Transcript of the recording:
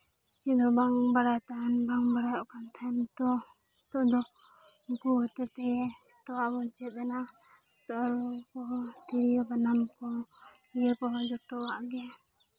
ᱪᱮᱫ ᱦᱚᱸ ᱵᱟᱭ ᱵᱟᱲᱟᱭ ᱛᱟᱦᱮᱱ ᱵᱟᱝ ᱵᱟᱲᱟᱭᱚᱜ ᱠᱟᱱ ᱛᱟᱦᱮᱱ ᱛᱳ ᱱᱤᱛᱚᱜ ᱫᱚ ᱩᱱᱠᱩ ᱦᱚᱛᱮ ᱛᱮ ᱡᱚᱛᱣᱟᱜ ᱵᱚᱱ ᱪᱮᱫ ᱟᱱᱟ ᱛᱚ ᱩᱱᱠᱩ ᱦᱚᱸ ᱛᱤᱨᱭᱳ ᱵᱟᱱᱟᱢ ᱠᱚ ᱱᱤᱭᱟᱹ ᱠᱚᱦᱚᱸ ᱡᱚᱛᱚᱣᱟᱜ ᱜᱮ